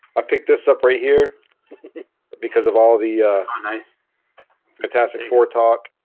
i picked this up right here because of all the nice fantastic for talk